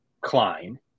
Klein